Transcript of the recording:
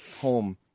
home